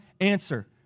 answer